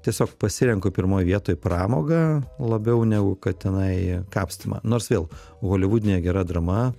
tiesiog pasirenku pirmoj vietoj pramogą labiau negu kad tenai kapstymą nors vėl holivudinė gera drama